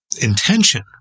intention